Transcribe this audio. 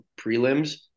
prelims